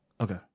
Okay